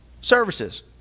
services